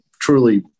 truly